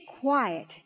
quiet